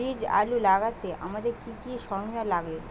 বীজ আলু লাগাতে আমাদের কি কি সরঞ্জাম লাগে?